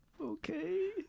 okay